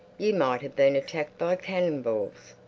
you might have been attacked by canningbals.